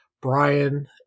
Brian